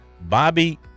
Bobby